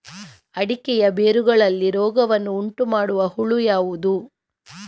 ಅಡಿಕೆಯ ಬೇರುಗಳಲ್ಲಿ ರೋಗವನ್ನು ಉಂಟುಮಾಡುವ ಹುಳು ಯಾವುದು?